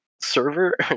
server